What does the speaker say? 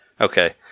okay